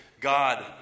God